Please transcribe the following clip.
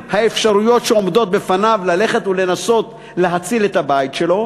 האפשרויות שעומדות בפניו ללכת ולנסות להציל את הבית שלו,